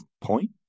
point